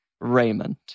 Raymond